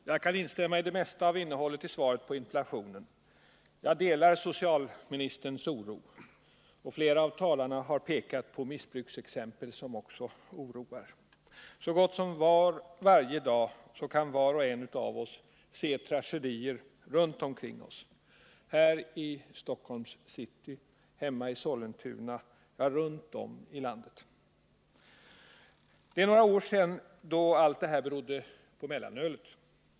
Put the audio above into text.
Herr talman! Jag instämmer i det mesta av innehållet i svaret på interpellationen. Jag delar socialministerns oro. Flera av talarna har pekat på missbruksexempel som också oroar. Så gott som varje dag kan var och en av oss se tragedier runt omkring oss — här i Stockholms city, hemma i Sollentuna, ja runt om i landet. Det är några år sedan allt detta berodde på mellanölet.